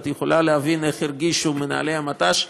את יכולה להבין איך הרגישו מנהלי המט"ש.